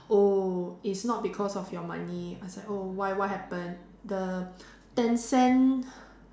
oh it's not because of your money I was like oh why what happen the ten cent